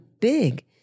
big